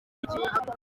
igihe